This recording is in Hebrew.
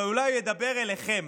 אבל אולי הוא ידבר אליכם